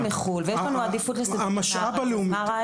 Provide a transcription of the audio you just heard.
מחו"ל ויש לנו עדיפות לסטודנטים מהארץ,